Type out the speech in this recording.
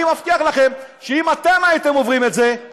אני מבטיח לכם שאם אתם הייתם עוברים את זה,